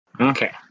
Okay